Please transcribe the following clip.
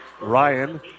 Ryan